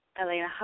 Elena